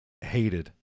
hated